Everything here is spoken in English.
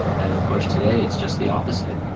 and of course today it's just the opposite.